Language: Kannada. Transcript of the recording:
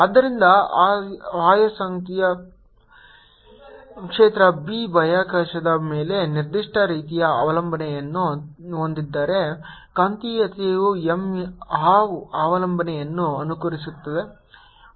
ಆದ್ದರಿಂದ ಆಯಸ್ಕಾಂತೀಯ ಕ್ಷೇತ್ರ B ಬಾಹ್ಯಾಕಾಶದ ಮೇಲೆ ನಿರ್ದಿಷ್ಟ ರೀತಿಯ ಅವಲಂಬನೆಯನ್ನು ಹೊಂದಿದ್ದರೆ ಕಾಂತೀಯತೆ m ಆ ಅವಲಂಬನೆಯನ್ನು ಅನುಕರಿಸುತ್ತದೆ